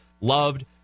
loved